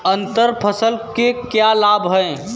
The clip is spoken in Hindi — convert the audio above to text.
अंतर फसल के क्या लाभ हैं?